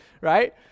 right